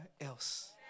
else